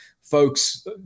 folks